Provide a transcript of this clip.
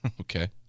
Okay